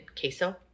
queso